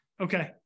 Okay